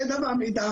בעכברים.